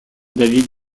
david